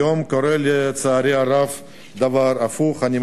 היום לצערי הרב קורה דבר הפוך, נא לסיים.